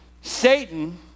Satan